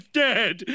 dead